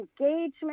engagement